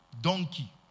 donkey